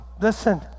listen